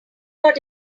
got